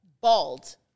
bald